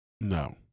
No